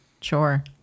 sure